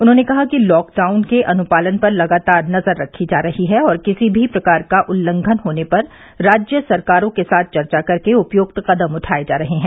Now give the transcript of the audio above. उन्होंने कहा कि लॉकडाउन के अनुपालन पर लगातार नजर रखी जा रही है और किसी भी प्रकार का उल्लघंन होने पर राज्य सरकारों के साथ चर्चा कर उपयुक्त कदम उठाए जा रहे हैं